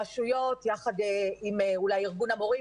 הרשויות יחד עם אולי עם ארגון המורים